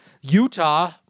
Utah